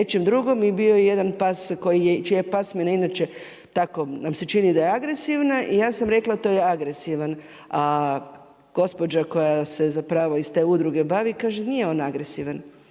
I bio je jedan pas čija je pasmina inače tako nam se čini da je agresivna i ja sam rekla to je agresivan, a gospođa koja se iz te udruge bavi kaže nije on agresivan,